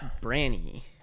Branny